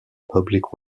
public